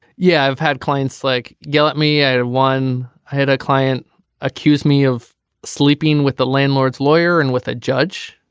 yeah i've had clients like yell at me i had one i had a client accuse me of sleeping with the landlord's lawyer and with a judge.